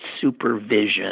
supervision